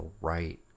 right